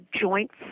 joints